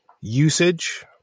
usage